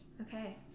Okay